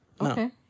Okay